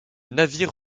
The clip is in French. navire